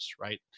right